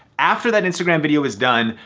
after that instagram video was done,